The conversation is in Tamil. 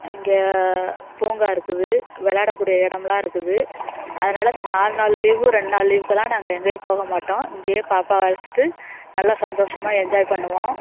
இங்கே பூங்கா இருக்குது விளையாடக்கூடிய இடம்லாம் இருக்குது அதனால இந்த நால் நாள் லீவு ரெண்டு நாள் லீவுக்கெல்லாம் நாங்கள் எங்கேயும் போகமாட்டோம் இங்கேயே பாப்பாவை அழைச்சிட்டு நல்லா சந்தோஷமாக என்ஜாய் பண்ணுவோம்